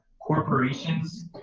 corporations